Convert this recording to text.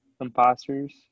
Imposters